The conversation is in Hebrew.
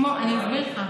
אני אסביר לך.